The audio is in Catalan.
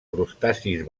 crustacis